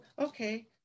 okay